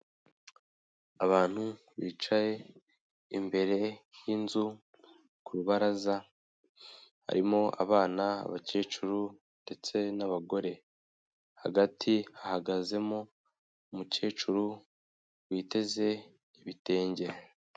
Abantu bicaye imbere y'inzu ku rubaraza harimo abana, bakecuru ndetse n'abagore, hagati hahagazemo umukecuru witeze ibitenge.